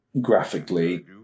graphically